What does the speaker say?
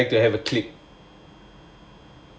you would like to have a clique